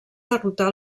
derrotar